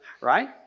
Right